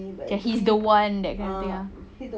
ya he's the one that kind of thing ah